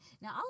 Now